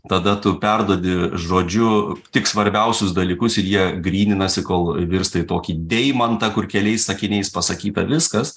tada tu perduodi žodžiu tik svarbiausius dalykus ir jie gryninasi kol virsta į tokį deimantą kur keliais sakiniais pasakyta viskas